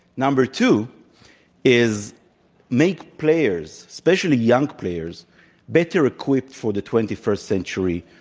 number two is make players especially young players better equipped for the twenty first century